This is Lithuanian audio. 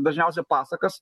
dažniausiai pasakas